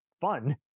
fun